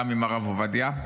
גם עם הרב עובדיה.